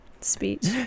Speech